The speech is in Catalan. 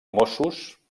mossos